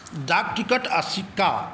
डाक टिकट आ सिक्का